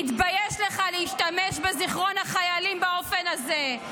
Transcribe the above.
תתבייש לך להשתמש בזיכרון החיילים באופן הזה,